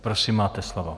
Prosím, máte slovo.